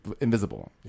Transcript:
invisible